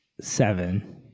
seven